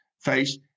face